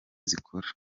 zikora